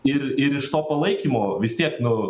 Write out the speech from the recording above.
ir ir iš to palaikymo vis tiek nu